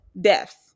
deaths